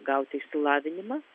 gauti išsilavinimą